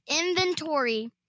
inventory